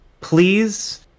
please